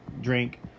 drink